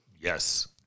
Yes